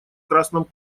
красном